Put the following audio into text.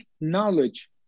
knowledge